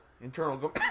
internal